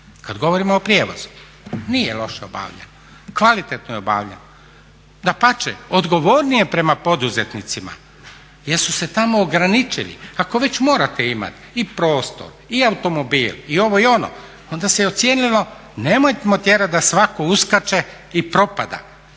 kad govorimo o prijevozu, nije loše obavljeno. Kvalitetno je obavljeno. Dapače, odgovornije je prema poduzetnicima jer su se tamo ograničili. Ako već morate imati i prostor i automobil i ovo i ono onda se ocijenilo nemojmo tjerati da svatko uskače i propada